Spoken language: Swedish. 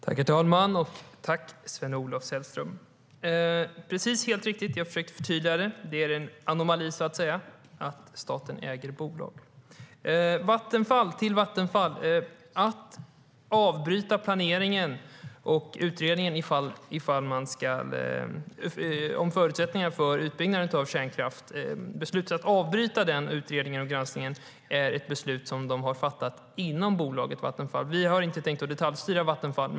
Herr talman! Jag tackar Sven-Olof Sällström för det. Det är helt riktigt. Jag försökte förtydliga det. Det är så att säga en anomali att staten äger bolag. Beslutet att avbryta planeringen av och utredningen om förutsättningar för utbyggnad av kärnkraft har fattats inom bolaget Vattenfall. Vi har inte tänkt att detaljstyra Vattenfall.